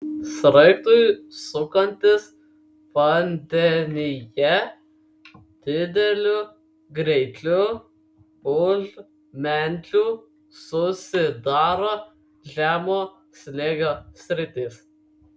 sraigtui sukantis vandenyje dideliu greičiu už menčių susidaro žemo slėgio sritys